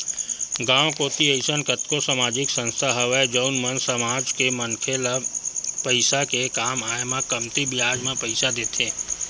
गाँव कोती अइसन कतको समाजिक संस्था हवय जउन मन समाज के मनखे मन ल पइसा के काम आय म कमती बियाज म पइसा देथे